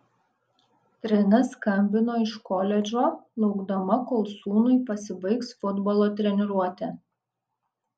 trina skambino iš koledžo laukdama kol sūnui pasibaigs futbolo treniruotė